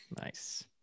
Nice